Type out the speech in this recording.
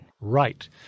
Right